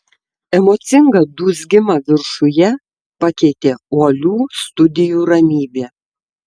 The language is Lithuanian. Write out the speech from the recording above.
emocingą dūzgimą viršuje pakeitė uolių studijų ramybė